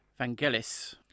Vangelis